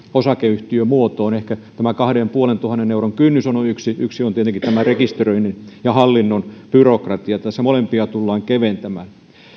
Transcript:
osakeyhtiömuotoon tämä kahdentuhannenviidensadan euron kynnys on on yksi seikka yksi on tietenkin rekisteröinnin ja hallinnon byrokratia tässä molempia tullaan keventämään